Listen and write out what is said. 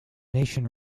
nation